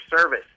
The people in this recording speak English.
service